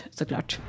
såklart